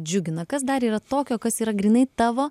džiugina kas dar yra tokio kas yra grynai tavo